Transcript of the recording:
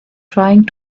trying